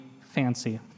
fancy